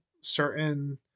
certain